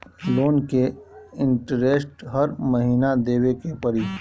Loan के interest हर महीना देवे के पड़ी?